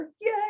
Yay